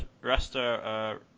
Rasta